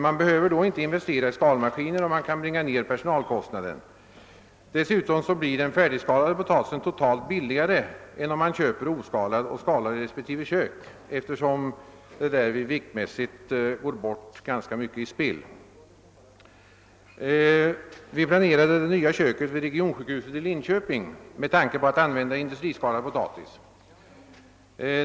Man behöver då inte investera i skalmaskiner, och man kan bringa ned <personalkostnaderna. Dessutom blir den färdigskalade potatisen totalt sett billigare än om man köper oskalad potatis och skalar denna i respektive kök, eftersom det därvid viktmässigt går bort ganska mycket i spill. Vi planerade det nya köket vid regionssjukhuset i Linköping med tanke på att använda industriskalad potatis.